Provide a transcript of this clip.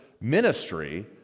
ministry